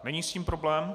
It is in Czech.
Není s tím problém?